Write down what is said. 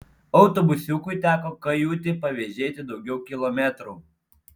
autobusiukui teko kajutį pavėžėti daugiau kilometrų